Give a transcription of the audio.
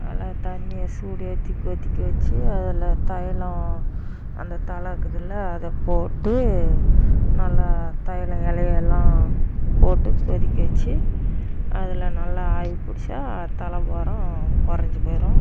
நல்லா தண்ணியை சூடு ஏற்றி கொதிக்க வச்சு அதில் தைலம் அந்த தழை இருக்குதுல்ல அதை போட்டு நல்லா தைலம் இலை எல்லாம் போட்டு கொதிக்க வச்சு அதில் நல்லா ஆவி பிடிச்சா தலை பாரம் கொறஞ்சு போயிடும்